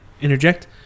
interject